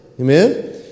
Amen